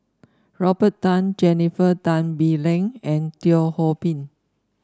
Robert Tan Jennifer Tan Bee Leng and Teo Ho Pin